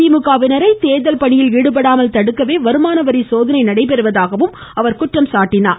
திமுக வினரை தேர்தல் பணியில் ஈடுபடாமல் தடுக்கவே வருமானவரி சோதனை நடைபெறுவதாக அவர் குற்றம் சாட்டியுள்ளார்